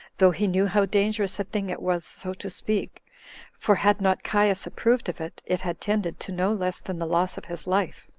though he knew how dangerous a thing it was so to speak for had not caius approved of it, it had tended to no less than the loss of his life.